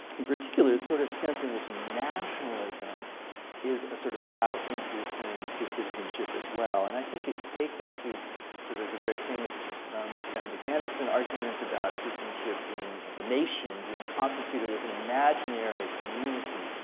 in particular is sort of a sense in which nationalism is a sort of route into a claim to citizenship as well. and i think it takes us to sort of the very famous benedict anderson argument, about citizenship being or the nation being constituted as an imaginary community,